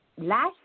last